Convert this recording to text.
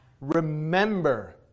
Remember